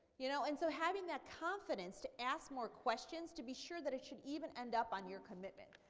you know and so having that confidence to ask more questions to be sure that it should even end up on your commitment.